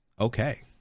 okay